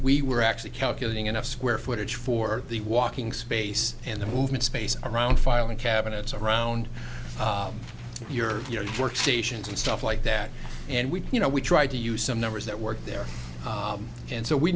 we were actually calculating enough square footage for the walking space and the movement space around filing cabinets around your workstations and stuff like that and we you know we tried to use some numbers that worked there and so we